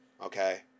Okay